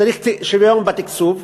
צריך שוויון בתקצוב.